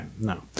No